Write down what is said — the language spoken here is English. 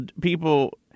people